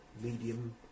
medium